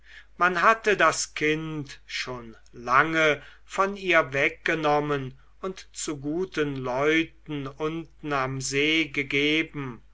man hatte das kind schon lange von ihr weggenommen und zu guten leuten unten am see gegeben